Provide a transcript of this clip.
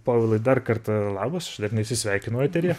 povilai dar kartą labasaš dar ir nesisveikinau eteryje